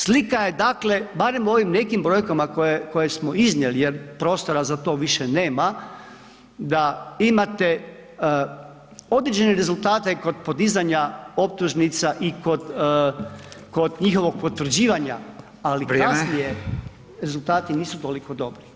Slika je, dakle barem u ovim nekim brojkama koje smo iznijeli jer prostora za to više nema da imate određene rezultate kod podizanja optužnica i kod, kod njihovog potvrđivanja, ali [[Upadica: Vrijeme]] kasnije rezultati nisu toliko dobri.